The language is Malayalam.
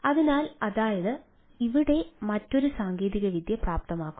അതിനാൽ അതായത് ഇവിടെ മറ്റൊരു സാങ്കേതികവിദ്യ പ്രാപ്തമാക്കുന്നു